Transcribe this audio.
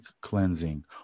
cleansing